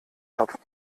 topf